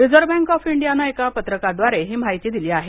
reserve Bank of India ने एका पत्रकाद्वारे ही माहिती दिली आहे